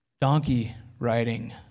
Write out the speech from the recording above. donkey-riding